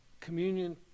communion